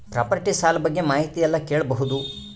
Property ಸಾಲ ಬಗ್ಗೆ ಮಾಹಿತಿ ಎಲ್ಲ ಕೇಳಬಹುದು?